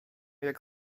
jak